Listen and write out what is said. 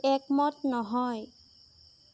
একমত নহয়